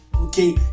okay